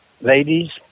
ladies